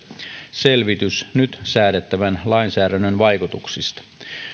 selvitys nyt säädettävän lainsäädännön vaikutuksista